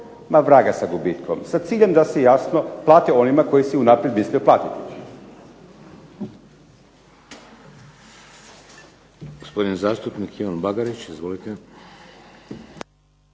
ma vraga sa gubitkom, sa ciljem da se jasno plati onima koji si unaprijed mislio platiti.